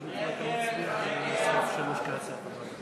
ההסתייגות של קבוצת סיעת יהדות התורה לאחרי סעיף 3 לא נתקבלה.